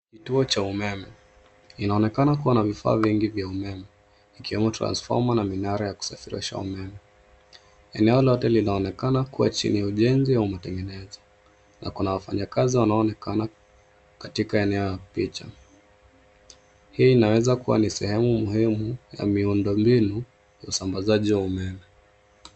Kituo cha umeme, inaonekana kuwa na vifaa vingi vya umeme ikiwemo transformer na minara ya kusafirisha umeme. Eneo lote linaonekana kuwa chini ya ujenzi au matengenezo na kuna wafanyikazi wanaonekana katika eneo ya picha. Hii inaweza kuwa ni sehemu muhimu ya miundombinu ya usambazaji wa umeme.